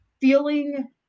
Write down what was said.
feeling